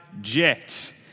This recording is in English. Jet